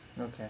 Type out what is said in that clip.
Okay